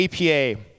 APA